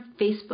Facebook